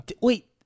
Wait